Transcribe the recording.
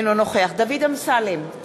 אינו נוכח דוד אמסלם,